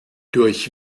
durch